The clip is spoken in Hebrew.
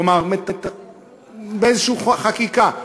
כלומר באיזו חקיקה,